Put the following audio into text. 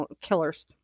killers